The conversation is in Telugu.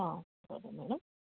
సరే మ్యాడమ్